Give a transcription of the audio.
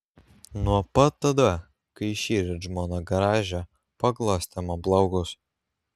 nuo pat tada kai šįryt žmona garaže paglostė man plaukus